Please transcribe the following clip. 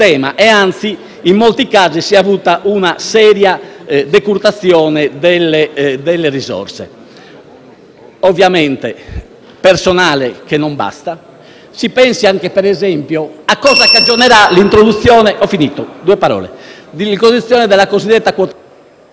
sistema. Anzi, in molti casi si è avuta una seria decurtazione delle risorse. Il personale non basta: si pensi ad esempio a cosa cagionerà l'introduzione della cosiddetta quota